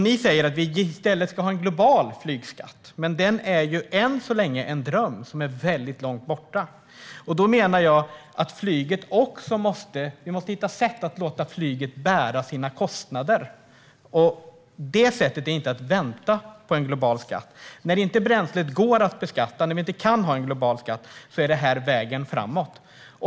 Ni säger att vi i stället ska ha en global flygskatt, men den är ju än så länge en dröm som är väldigt långt borta. Då menar jag att vi måste hitta sätt att låta flyget bära sina kostnader, och det är inte att vänta på en global skatt. När bränslet inte går att beskatta och vi inte kan ha en global skatt är det här vägen framåt.